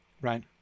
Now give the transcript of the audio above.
right